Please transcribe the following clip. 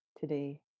today